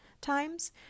times